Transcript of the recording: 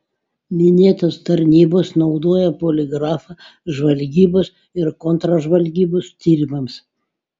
minėtos tarnybos naudoja poligrafą žvalgybos ir kontržvalgybos tyrimams